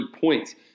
points